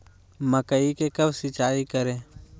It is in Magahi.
मकई को कब सिंचाई करे?